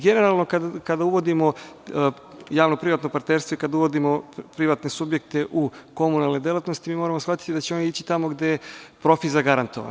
Generalno, kada uvodimo javno-privatno partnerstvo i kada uvodima privatne subjekte u komunalne delatnosti, moramo shvatiti da će ići tamo gde je profit zagarantovan.